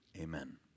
Amen